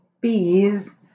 Bees